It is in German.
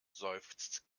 seufzt